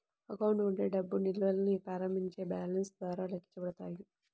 account ఉండే డబ్బు నిల్వల్ని ప్రారంభ బ్యాలెన్స్ ద్వారా లెక్కించబడతాయి